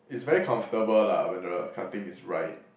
is very comfortable lah when the cutting is right